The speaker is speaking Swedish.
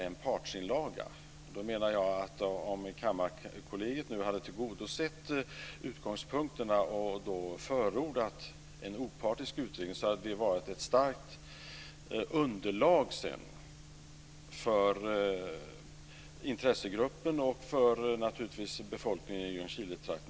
Jag menar att det hade varit ett starkt underlag om Kammarkollegiet hade tillgodosett utgångspunkterna och förordat en opartisk utredning. Det hade varit ett underlag för intressegruppen och naturligtvis också för befolkningen i Ljungskiletrakten.